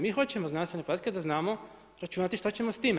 Mi hoćemo znanstvene podatke da znamo računati što ćemo s time.